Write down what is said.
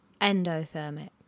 Endothermic